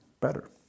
better